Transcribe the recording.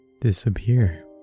disappear